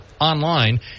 online